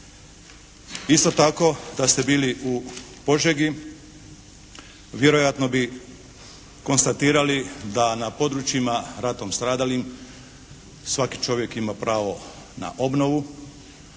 Isto tako da ste bili u Požegi vjerojatno bi konstatirali da na područjima ratom stradalim svaki čovjek ima pravo na obnovu.